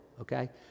okay